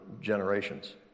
generations